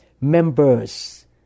members